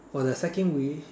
for the second wish